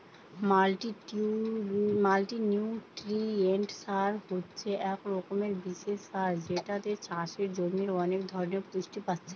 multinutrient সার হচ্ছে এক রকমের বিশেষ সার যেটাতে চাষের জমির অনেক ধরণের পুষ্টি পাচ্ছে